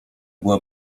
była